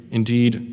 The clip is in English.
Indeed